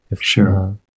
Sure